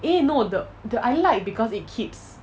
eh no the the I like because it keeps